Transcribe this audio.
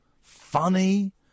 Funny